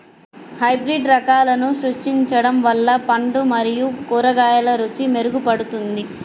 hybrid రకాలను సృష్టించడం వల్ల పండ్లు మరియు కూరగాయల రుచి మెరుగుపడుతుంది